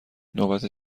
نوبت